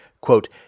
quote